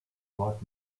wort